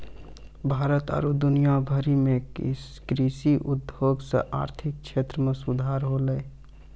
भारत आरु दुनिया भरि मे कृषि उद्योग से आर्थिक क्षेत्र मे सुधार होलै